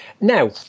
Now